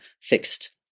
fixed